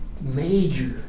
major